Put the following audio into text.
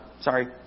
Sorry